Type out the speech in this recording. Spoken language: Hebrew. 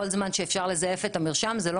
כל זמן שאפשר לזייף את המרשם זה לא